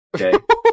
Okay